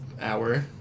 hour